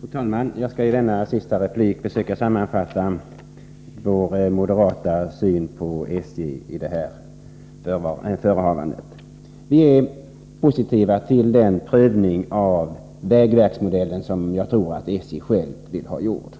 Fru talman! Jag skall i denna sista replik försöka sammanfatta den moderata synen på SJ i här förevarande avseenden. Vi är positiva till den prövning av vägverksmodellen som jag tror att man inom SJ själv vill ha gjord.